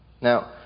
Now